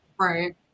right